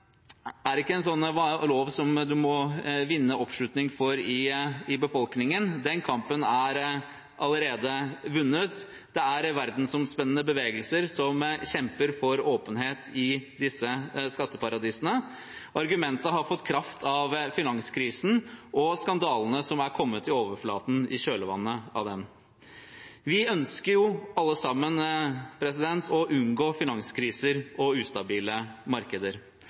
er ikke en sånn lov som man må vinne oppslutning for i befolkningen. Den kampen er allerede vunnet. Det er verdensomspennende bevegelser som kjemper for åpenhet i disse skatteparadisene. Argumentet har fått kraft av finanskrisen og skandalene som har kommet til overflaten i kjølvannet av den. Vi ønsker jo alle sammen å unngå finanskriser og ustabile markeder.